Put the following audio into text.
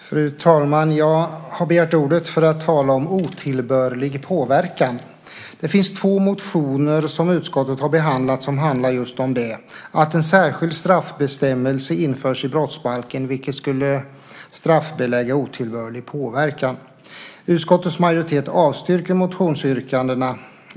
Fru talman! Jag har begärt ordet för att tala om otillbörlig påverkan. Det finns två motioner som utskottet har behandlat som handlar just om det och om att införa en särskild straffbestämmelse i brottsbalken, vilken skulle straffbelägga otillbörlig påverkan. Utskottets majoritet avstyrker motionsyrkandena.